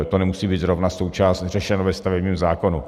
To nemusí být zrovna řešeno ve stavebním zákonu.